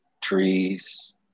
trees